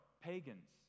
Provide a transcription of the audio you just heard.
pagans